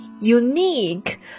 Unique